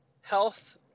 health